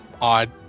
odd